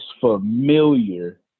familiar